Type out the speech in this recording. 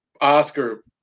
Oscar